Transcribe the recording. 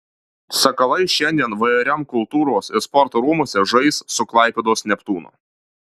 sakalai šiandien vrm kultūros ir sporto rūmuose žais su klaipėdos neptūnu